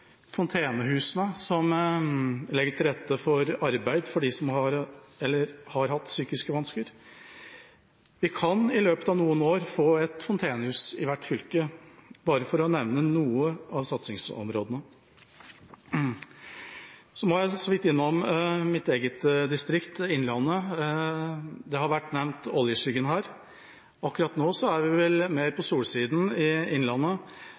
fontenehusene, som legger til rette for arbeid for dem som har hatt psykiske vansker, er en tredje ting – vi kan i løpet av noen år få et fontenehus i hvert fylke – bare for å nevne noen av satsingsområdene. Jeg må så vidt innom mitt eget distrikt, Innlandet. Oljeskyggen har vært nevnt her, men akkurat nå er vi vel mer på solsiden i Innlandet.